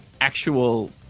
actual